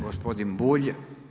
Gospodin Bulj.